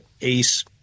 ACE